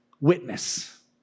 witness